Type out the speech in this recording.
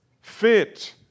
fit